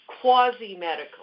quasi-medical